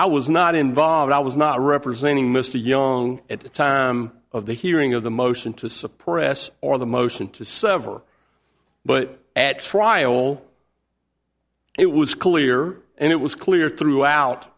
i was not involved i was not representing mr yong at the time of the hearing of the motion to suppress or the motion to sever but at trial it was clear and it was clear throughout